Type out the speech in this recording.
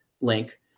link